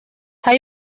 hay